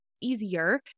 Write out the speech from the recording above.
easier